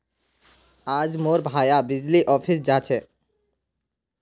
आइज मोर भाया बिजली ऑफिस जा छ